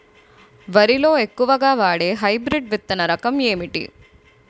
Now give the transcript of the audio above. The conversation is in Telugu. వరి లో ఎక్కువుగా వాడే హైబ్రిడ్ విత్తన రకం ఏంటి?